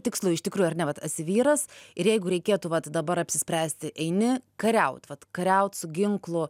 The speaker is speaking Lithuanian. tikslu iš tikrųjų ar ne vat esi vyras ir jeigu reikėtų vat dabar apsispręsti eini kariaut vat kariaut su ginklu